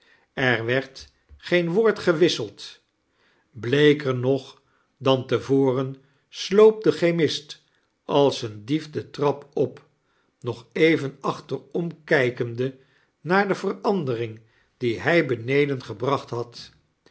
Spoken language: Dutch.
er werd geen woord gewisseld bleeker nog dan te voren sloop de chemist als een dief de trap op nog even achterom kijkende naar de verandering die hij beneden gebracht had